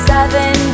Seven